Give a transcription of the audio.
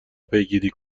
پیگیری